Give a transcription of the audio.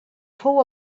fou